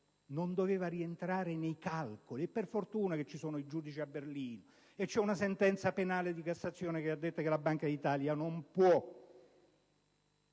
non doveva rientrare nei calcoli. Per fortuna, ci sono giudici a Berlino e c'è una sentenza penale della Corte di cassazione che afferma che la Banca d'Italia non può